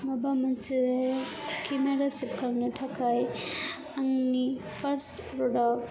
माबा मोनसे केमेरा सेबखांनो थाखाय आंनि फार्स्ट प्रडाक्ट